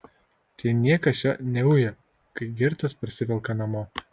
ten niekas jo neuja kai girtas parsivelka namo